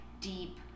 deep